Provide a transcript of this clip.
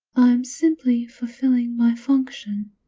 i'm simply fulfilling my function,